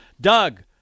Doug